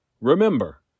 Remember